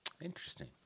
Interesting